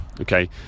okay